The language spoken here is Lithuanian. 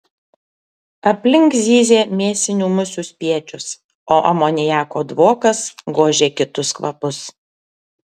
aplink zyzė mėsinių musių spiečius o amoniako dvokas gožė kitus kvapus